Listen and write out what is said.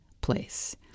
place